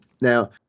now